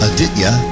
Aditya